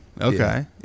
Okay